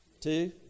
Two